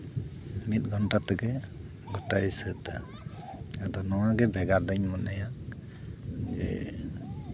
ᱢᱤᱫ ᱜᱷᱚᱱᱴᱟ ᱛᱮᱜᱮ ᱜᱳᱴᱟᱭ ᱥᱟᱹᱛᱟ ᱟᱫᱚ ᱱᱚᱣᱟᱜᱮ ᱵᱷᱮᱜᱟᱨ ᱫᱩᱧ ᱢᱚᱱᱮᱭᱟ ᱡᱮ